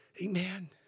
Amen